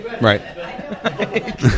Right